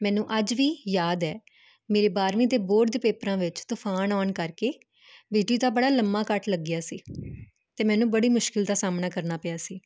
ਮੈਨੂੰ ਅੱਜ ਵੀ ਯਾਦ ਹੈ ਮੇਰੇ ਬਾਰਵੀਂ ਦੇ ਬੋਰਡ ਦੇ ਪੇਪਰਾਂ ਵਿੱਚ ਤੂਫਾਨ ਆਉਣ ਕਰਕੇ ਬਿਜਲੀ ਦਾ ਬੜਾ ਲੰਮਾ ਕੱਟ ਲੱਗਿਆ ਸੀ ਤੇ ਮੈਨੂੰ ਬੜੀ ਮੁਸ਼ਕਿਲ ਦਾ ਸਾਹਮਣਾ ਕਰਨਾ ਪਿਆ ਸੀ